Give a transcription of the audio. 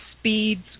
speeds